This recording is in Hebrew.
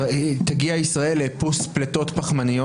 תגיע ישראל לאיפוס פליטות פחמן".